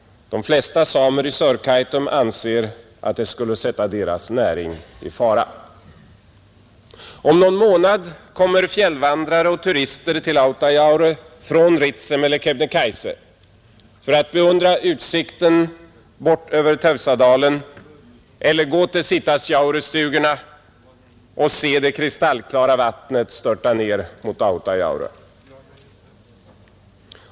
De flesta samer i Sörkaitum anser att det skulle sätta deras näring i fara. Om någon månad kommer fjällvandrare och turister till Autajaure från Ritsem och Kebnekaise för att beundra utsikten bortöver Teusadalen eller gå till Sitasjaurestugorna för att se det kristallklara vattnet störta ned mot Autajaure.